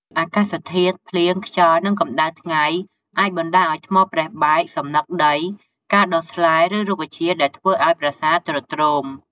អាកាសធាតុ ភ្លៀង ខ្យល់ និងកម្ដៅថ្ងៃអាចបណ្ដាលឱ្យថ្មប្រេះបែក សំណឹកដី និងការដុះស្លែ ឬរុក្ខជាតិដែលធ្វើឱ្យប្រាសាទទ្រុឌទ្រោម។